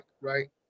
right